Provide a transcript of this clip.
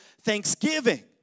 thanksgiving